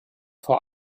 vor